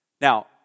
Now